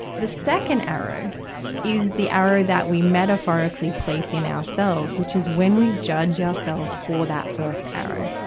the second arrow is the arrow that we metaphorically place in ourselves, which is when we judge ourselves for that first arrow.